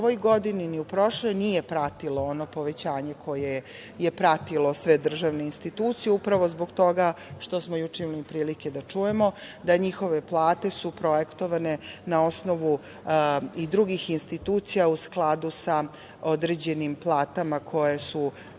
ni u ovoj, ni u prošloj godini nije pratilo ono povećanje koje je pratilo sve državne institucije upravo zbog toga što smo juče imali prilike da čujemo da njihove plate su projektovane na osnovu i drugih institucija u skladu sa određenim platama koje su karakteristične